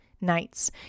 nights